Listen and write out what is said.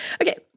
okay